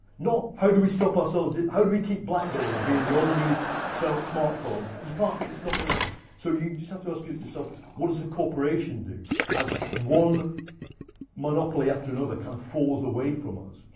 not, how do we stop ourselves how do we keep blackberry being the only so smartphone? you can't. it's not going to be. so you just have to ask yourself, what does the corporation do as one monopoly after another kind of falls away from us?